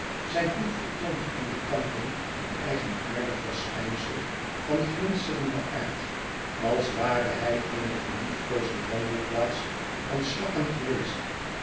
zijn hoed vertoont aan de kanten een eigenaardig verschijnsel van glinsterenden aard als ware hij eene geliefkoosde wandelplaats van slakken geweest